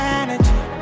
energy